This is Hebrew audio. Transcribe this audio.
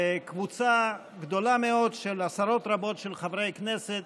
וקבוצה גדולה מאוד של עשרות רבות של חברי כנסת